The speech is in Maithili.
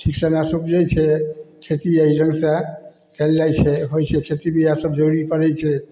ठीकसना से उपजै छै खेती एहि ढङ्गसे कएल जाइ छै होइ छै खेती बिआ सब जरूरी पड़ै छै